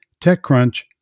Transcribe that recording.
TechCrunch